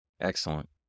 Excellent